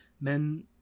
Men